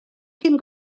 cyn